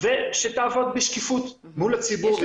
ושתעבוד בשקיפות מול הציבור.